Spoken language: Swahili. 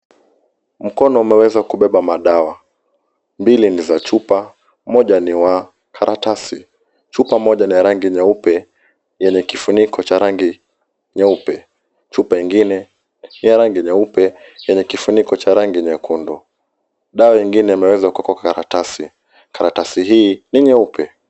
Mkono umeweza kubeba madawa. Mbili ni za chupa moja ni wa karatasi. Chupa moja ni ya rangi nyeupe yenye kifuniko cha rangi nyeupe. Chupa ingine ni ya rangi nyeupe yenye kifuniko cha rangi nyekundu. Dawa ingine imeweza kuwekwa kwa karatasi. Karatasi hii ni nyeupe.